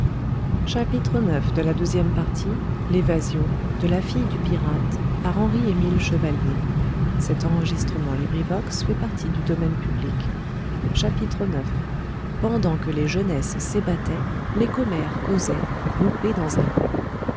et de désespérer le danseur ix pendant que les jeunesses s'ébattaient les commères causaient groupées dans un coin